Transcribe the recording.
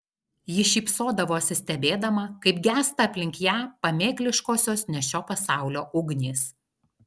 ji šypsodavosi stebėdama kaip gęsta aplink ją pamėkliškosios ne šio pasaulio ugnys